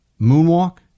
moonwalk